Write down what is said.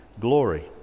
glory